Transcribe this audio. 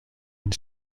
une